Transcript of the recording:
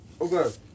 Okay